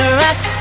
rock